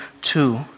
two